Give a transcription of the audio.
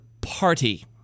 party